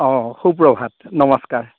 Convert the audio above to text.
অ সুপ্ৰভাত নমস্কাৰ